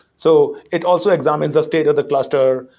so it also examines a state of the cluster,